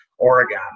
Oregon